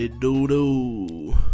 doo-doo